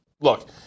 Look